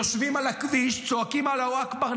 יושבים על הכביש וצועקים: אללה אכבר,